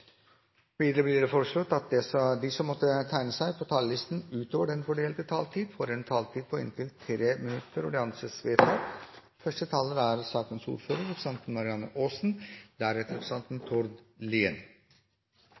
Videre blir det foreslått at de som måtte tegne seg på talerlisten utover den fordelte taletid, får en taletid på inntil 3 minutter. – Det anses vedtatt. Første taler er Kjersti Toppe, som er sakens ordfører.